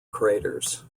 craters